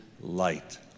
light